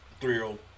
Three-year-old